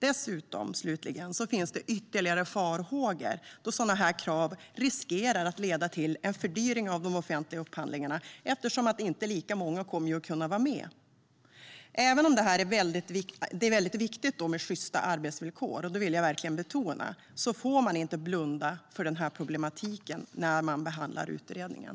Det finns dessutom ytterligare farhågor då sådana krav riskerar att leda till en fördyring av de offentliga upphandlingarna eftersom lika många inte kommer att kunna vara med. Även om det är väldigt viktigt med sjysta arbetsvillkor - det vill jag verkligen betona - får man inte blunda för den här problematiken när man behandlar utredningen.